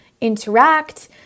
interact